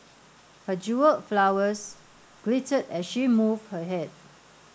her jewelled flowers glittered as she moved her head